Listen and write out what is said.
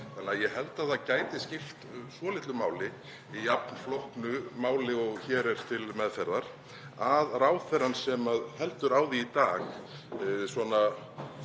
þannig að ég held að það gæti skipt svolitlu máli í jafn flóknu máli og hér er til meðferðar að ráðherrann sem heldur á því í dag svona